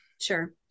Sure